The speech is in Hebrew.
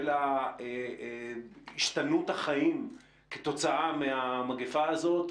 של השתנות החיים כתוצאה מהמגפה הזאת.